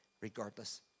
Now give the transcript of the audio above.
regardless